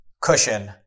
cushion